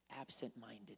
absent-minded